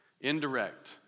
Indirect